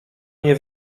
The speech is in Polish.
nie